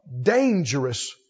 dangerous